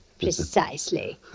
Precisely